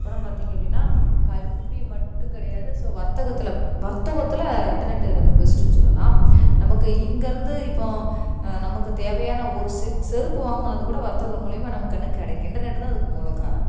அப்புறம் பார்த்திங்க அப்படின்னா கல்வி மட்டும் கிடையாது ஸோ வர்த்தகத்தில் வர்த்தகத்தில் இன்டர்நெட்டு ரொம்ப பெஸ்ட்ன்னு சொல்லலாம் நமக்கு இங்கே இருந்து இப்போது நமக்கு தேவையான ஒரு செ செருப்பு வாங்கினது கூட வர்த்தகம் மூலயமா நமக்கு என்ன கிடைக்கும் இன்டர்நெட் தான் அதுக்கு மூல காரணம்